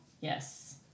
Yes